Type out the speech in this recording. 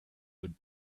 would